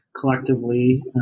collectively